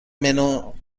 منو